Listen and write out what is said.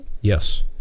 Yes